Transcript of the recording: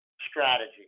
strategy